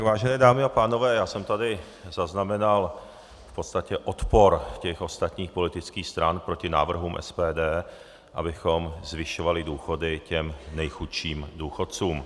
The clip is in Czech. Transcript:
Vážené dámy a pánové, já jsem tady zaznamenal v podstatě odpor těch ostatních politických stran proti návrhům SPD, abychom zvyšovali důchody těm nejchudším důchodcům.